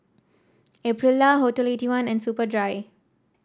Aprilia Hotel Eighty one and Superdry